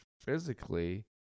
physically